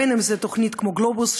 אם תוכנית כמו "גלובוס",